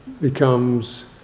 becomes